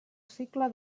cicle